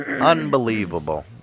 Unbelievable